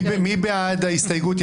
מי בעד ההסתייגות?